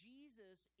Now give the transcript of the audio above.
Jesus